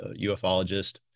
ufologist